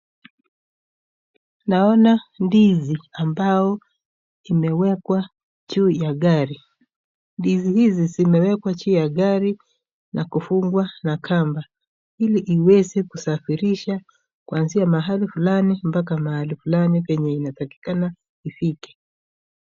Naona ndizi ambazo imewekwa juu ya gari. Ndizi hizi zimewekwa juu ya gari na kufungwa, na kamba ili iweze kusafirisha kuanzia mahali fulani mpaka mahali fulani penye inatakikana ifike.